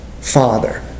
Father